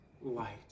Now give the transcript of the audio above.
light